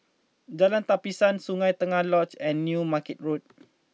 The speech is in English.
Jalan Tapisan Sungei Tengah Lodge and New Market Road